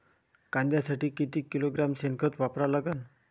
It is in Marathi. कांद्यासाठी किती किलोग्रॅम शेनखत वापरा लागन?